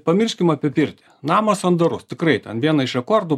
pamirškim apie pirtį namas sandarus tikrai ten vieną iš rekordų